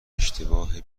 اشتباه